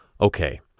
Okay